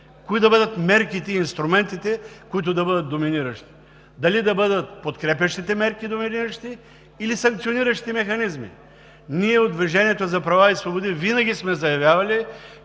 кои да бъдат мерките и инструментите, които да бъдат доминиращи – дали да бъдат подкрепящите мерки доминиращи или санкциониращите механизми. Ние от „Движението за права и